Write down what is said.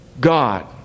God